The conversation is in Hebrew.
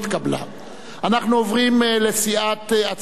אנחנו עוברים להצעת האי-אמון מטעם סיעת